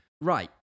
Right